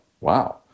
Wow